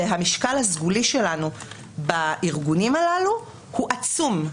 והמשקל הסגולי שלנו בארגונים הללו הוא עצום.